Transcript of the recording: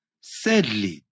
Sadly